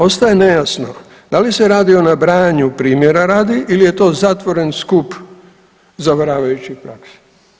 Ostaje nejasno da li se radi o nabrajanju primjera radi ili je to zatvoren skup zavaravajućih praksi.